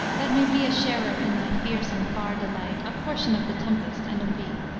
let me be a sharer in thy fierce and far delight, a portion of the tempest and of thee!